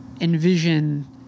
envision